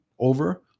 over